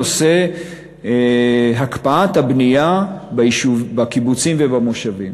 נושא הקפאת הבנייה בקיבוצים ובמושבים.